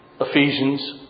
Ephesians